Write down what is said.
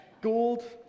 gold